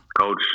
coach